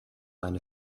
eine